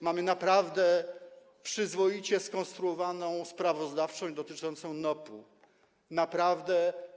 Mamy naprawdę przyzwoicie skonstruowaną sprawozdawczość dotyczącą NOP-u.